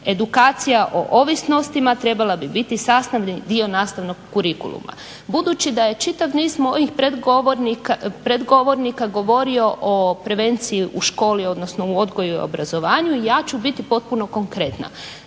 edukacija o ovisnostima trebala bi biti sastavni dio nastavnog kurikuluma. Budući da je čitav niz mojih predgovornika govorio o prevenciji u školi, odnosno u odgoju i obrazovanju, ja ću biti potpuno konkretna.